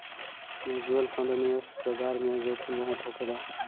mutual fund निवेश बाजार में जोखिम बहुत होखेला